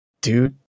Dude